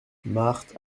marthe